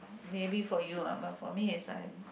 maybe for you ah but for me is I